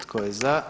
Tko je za?